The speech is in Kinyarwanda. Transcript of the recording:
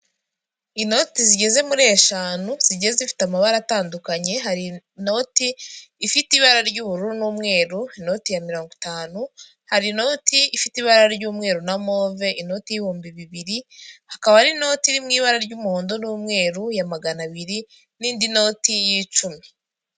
Inoti zigeze muri eshanu, zigiye zifite amabara atandukanye, hari inoti ifite ibara ry'ubururu n'umweru, inoti ya mirongo itanu, hari inoti ifite ibara ry'umweru na move, inoti y'ibihumbi bibiri, hakaba hari n'inoti iri mu ibara ry'umuhondo n'umweru ya magana abiri n'indi noti y'icumi.